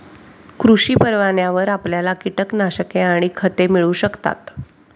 कृषी परवान्यावर आपल्याला कीटकनाशके आणि खते मिळू शकतात